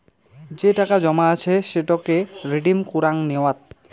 যে টাকা জমা আছে সেটোকে রিডিম কুরাং নেওয়াত